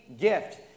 gift